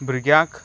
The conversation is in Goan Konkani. भुरग्यांक